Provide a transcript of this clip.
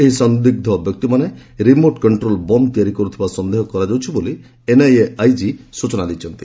ଏହି ସନ୍ଦିଗ୍ର ବ୍ୟକ୍ତିମାନେ ରିମୋଟ୍ କଷ୍ଟ୍ରୋଲ୍ ବମ୍ ତିଆରି କରୁଥିବା ସନ୍ଦେହ କରାଯାଉଛି ବୋଲି ଏନ୍ଆଇଏ ଆଇଜି ସ୍ବଚନା ଦେଇଛନ୍ତି